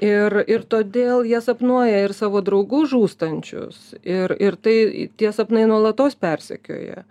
ir ir todėl jie sapnuoja ir savo draugus žūstančius ir ir tai tie sapnai nuolatos persekioja